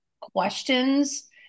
questions